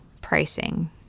pricing